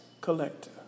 collector